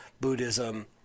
Buddhism